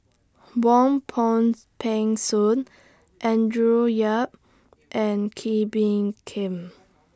Wong Peng Soon Andrew Yip and Kee Bee Khim